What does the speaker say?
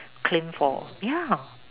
claim for ya